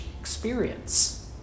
experience